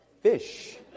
fish